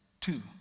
Two